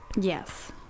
yes